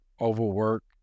overwork